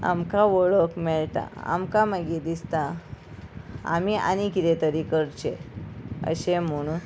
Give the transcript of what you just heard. आमकां वळख मेळटा आमकां मागीर दिसता आमी आनी कितें तरी करचे अशें म्हणून